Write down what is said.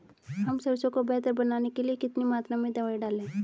हम सरसों को बेहतर बनाने के लिए कितनी मात्रा में दवाई डालें?